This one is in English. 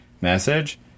message